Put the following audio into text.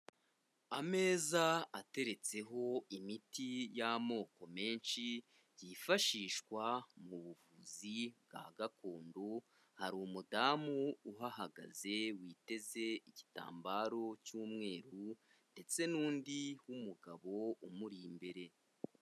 Ameza ateretseho imiti y'amoko menshi yifashishwa mu buvuzi bwa gakondo, hari umudamu uhahagaze witeze igitambaro cy'umweru ndetse n'undi w'umugabo umuri imbere.